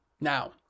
Now